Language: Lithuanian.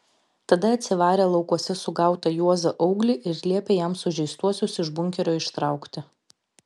tada atsivarė laukuose sugautą juozą auglį ir liepė jam sužeistuosius iš bunkerio ištraukti